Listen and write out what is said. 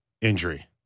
injury